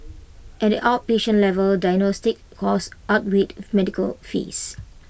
at the outpatient level diagnostic costs outweighed medical fees